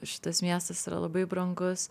šitas miestas yra labai brangus